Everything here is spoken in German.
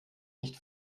nicht